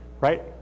right